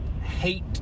hate